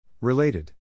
Related